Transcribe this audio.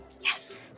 Yes